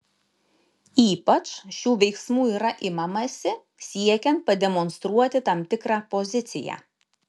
ypač šių veiksmų yra imamasi siekiant pademonstruoti tam tikrą poziciją